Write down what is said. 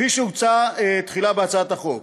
כפי שהוצע תחילה בהצעת החוק,